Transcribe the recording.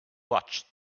watched